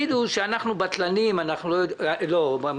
אורית,